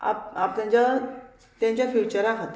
आप आप तेंच्या तेंच्या फ्युचराक